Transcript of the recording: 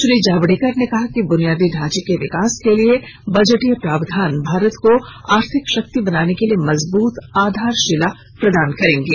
श्री जावड़ेकर ने कहा कि बुनियादी ढ़ांचे के विकास के लिए बजटीय प्रावधान भारत को आर्थिक शक्ति बनाने के लिए मजबूत आधारशिला प्रदान करेंगे